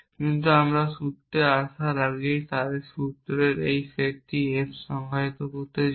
কিন্তু আমরা সূত্রে আসার আগে তাই সূত্রের এই সেট F সংজ্ঞায়িত করতে চাই